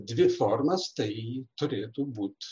dvi formas tai turėtų būt